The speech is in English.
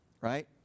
right